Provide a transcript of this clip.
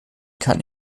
kann